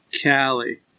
Cali